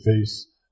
face